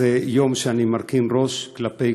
אז זה יום שבו אני מרכין ראש לזכר כל